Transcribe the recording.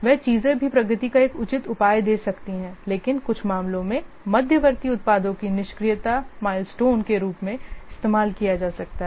वे चीजें भी प्रगति का एक उचित उपाय दे सकती हैं लेकिन कुछ मामलों में मध्यवर्ती उत्पादों को निष्क्रियता माइलस्टोन के रूप में इस्तेमाल किया जा सकता है